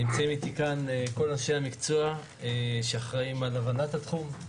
נמצאים איתי כאן כל אנשי המקצוע שאחראים על הבנת התחום,